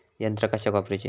यंत्रा कशाक वापुरूची?